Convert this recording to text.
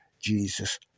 Jesus